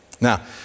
Now